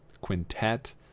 Quintet